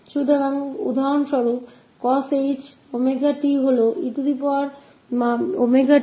तो उदाहरण के लिए इस cosh 𝜔𝑡 ewte wt2 है